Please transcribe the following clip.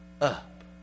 up